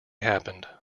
happened